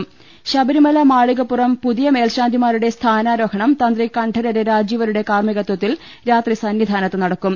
പുതിയ ശബരിമല മാളിക പ്പുറം പുതിയ മേൽശാന്തിമാരുടെ സ്ഥാനാരോഹണം തന്ത്രി കണ്ഠ രര് രാജീവരരുടെ കാർമ്മികത്വത്തിൽ രാത്രി സന്നിധാനത്ത് നട ക്കും